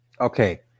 Okay